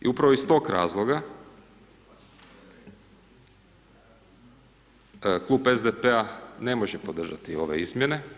I upravo iz tog razloga klub SDP-a ne može podržati ove izmjene.